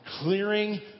clearing